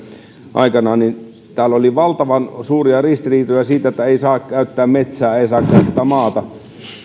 aikoinaan täällä oli valtavan suuria ristiriitoja siitä että ei saa käyttää metsää ei saa käyttää maata